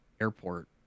airport